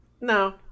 No